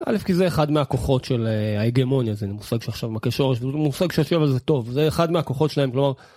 אלף כי זה אחד מהכוחות של ההגמוניה, זה מושג שעכשיו מכה שורש, זה מושג שיושב על טוב, זה אחד מהכוחות שלהם.